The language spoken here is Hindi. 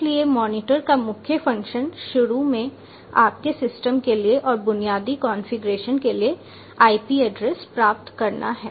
इसलिए मॉनिटर का मुख्य फंक्शन शुरू में आपके सिस्टम के लिए और बुनियादी कॉन्फ़िगरेशन के लिए IP एड्रेस प्राप्त करना है